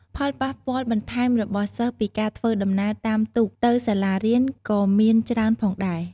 ផលប៉ះពាល់បន្ថែមរបស់សិស្សពីការធ្វើដំណើរតាមទូកទៅសាលារៀនក៏មានច្រើនផងដែរ។